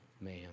man